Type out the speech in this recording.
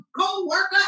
co-worker